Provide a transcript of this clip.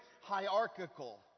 hierarchical